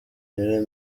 lionel